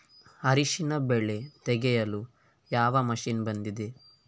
ಅರಿಶಿನ ಬೆಳೆ ತೆಗೆಯಲು ಯಾವ ಮಷೀನ್ ಬಂದಿದೆ?